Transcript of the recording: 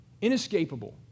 inescapable